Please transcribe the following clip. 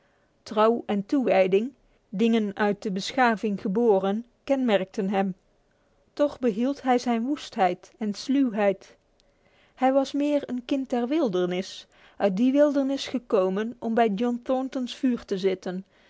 trouw en toewijding dingen uit de beschaving geboren kenmerkten hem toch behield hij zijn woestheid en sluwheid hij was meer een kind der wildernis uit die wildernis gekomen om bij john thornton voor te zitten